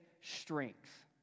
strength